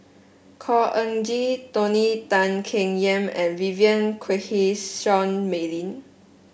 Khor Ean Ghee Tony Tan Keng Yam and Vivien Quahe Seah Mei Lin